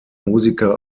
musiker